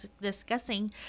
discussing